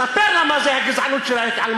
ספר לה מה זה הגזענות של ההתעלמות,